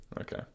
okay